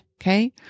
Okay